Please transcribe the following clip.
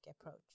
approach